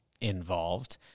involved